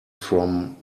from